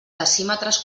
decímetres